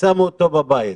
ושמו אותו בבית,